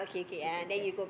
to take care